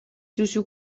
duzu